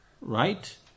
Right